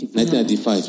1995